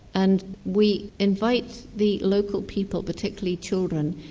and we invite the local people, particularly children,